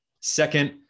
Second